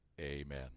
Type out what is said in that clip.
Amen